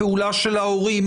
הפעולה של ההורים,